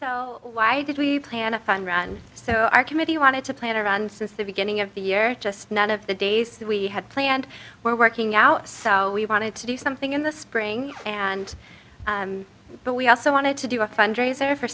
so why did we plan a fun run so our committee wanted to play it around since the beginning of the year just none of the days that we had planned were working out so we wanted to do something in the spring and but we also wanted to do a fundraiser for